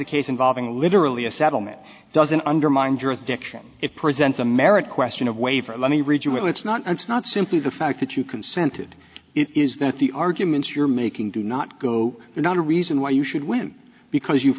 a case involving literally a settlement doesn't undermine jurisdiction it presents a marriage question of waiver let me read you it's not it's not simply the fact that you consented is that the arguments you're making do not go they're not a reason why you should win because you've